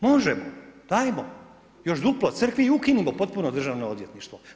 Možemo, dajmo još duplo crkvi i ukinimo potpuno državno odvjetništvo.